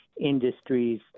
industries